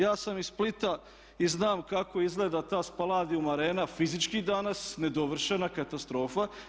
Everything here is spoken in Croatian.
Ja sam iz Splita i znam kako izgleda ta Spaladium arena fizički danas, nedovršena, katastrofa.